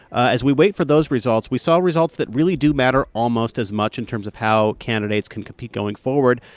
as we wait for those results, we saw results that really do matter almost as much in terms of how candidates can compete going forward.